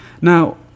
Now